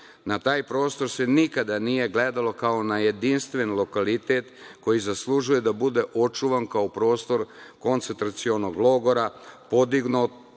Na taj prostor se nikada nije gledalo kao na jedinstven lokalitet koji zaslužuje da bude očuvan kao prostor koncentracionog logora, podignutog